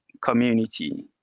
community